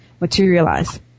materialize